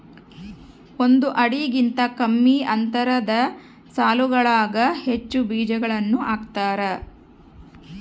ಒಂದು ಅಡಿಗಿಂತ ಕಮ್ಮಿ ಅಂತರದ ಸಾಲುಗಳಾಗ ಹೆಚ್ಚು ಬೀಜಗಳನ್ನು ಹಾಕ್ತಾರ